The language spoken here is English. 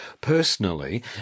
personally